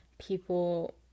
people